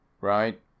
Right